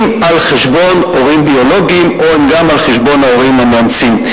על חשבון הורים ביולוגיים או על חשבון ההורים המאמצים.